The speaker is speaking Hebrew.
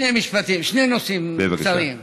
שני משפטים, שני נושאים קצרים.